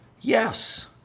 Yes